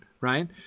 right